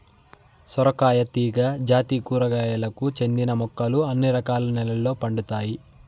సొరకాయ తీగ జాతి కూరగాయలకు చెందిన మొక్కలు అన్ని రకాల నెలల్లో పండుతాయి